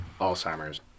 Alzheimer's